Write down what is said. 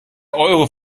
euro